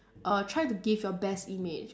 err try to give your best image